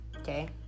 Okay